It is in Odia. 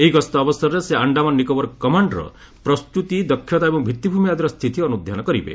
ଏହି ଗସ୍ତ ଅବସରରେ ସେ ଆଶ୍ଡାମାନ ନିକୋବର କମାଣ୍ଡ୍ ର ପ୍ରସ୍ତୁତି ଦକ୍ଷତା ଏବଂ ଭିତ୍ତିଭୂମି ଆଦିର ସ୍ଥିତି ଅନୁଧ୍ୟାନ କରିବେ